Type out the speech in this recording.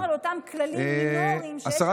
על אותם כללים מינוריים שיש במליאה.